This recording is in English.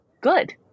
good